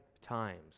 times